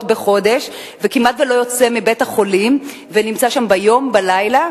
בחודש וכמעט שלא יוצא מבית-החולים ונמצא שם ביום ובלילה,